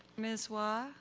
ms. wah?